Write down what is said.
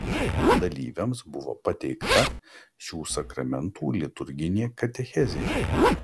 dalyviams buvo pateikta šių sakramentų liturginė katechezė